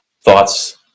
Thoughts